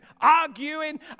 arguing